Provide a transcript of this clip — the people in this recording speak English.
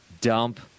dump